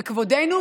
וכבודנו,